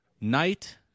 night